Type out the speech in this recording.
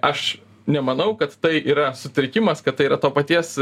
aš nemanau kad tai yra sutrikimas kad tai yra to paties